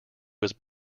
was